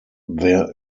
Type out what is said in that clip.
there